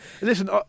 Listen